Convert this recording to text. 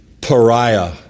pariah